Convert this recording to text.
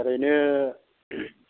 ओरैनो